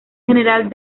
general